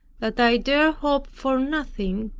that i dared hope for nothing,